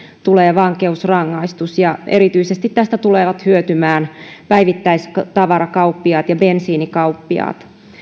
tulee vankeusrangaistus ja tästä tulevat hyötymään erityisesti päivittäistavarakauppiaat ja bensiinikauppiaat